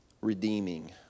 redeeming